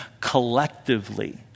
collectively